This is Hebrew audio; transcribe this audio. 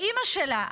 אימא שלה,